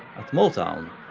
at motown,